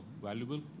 valuable